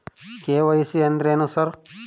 KYC ಅಂದ್ರೇನು sir?